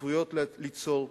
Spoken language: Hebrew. שותפויות ליצור,